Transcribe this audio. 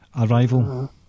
Arrival